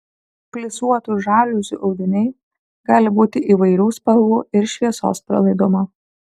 plisuotų žaliuzių audiniai gali būti įvairių spalvų ir šviesos pralaidumo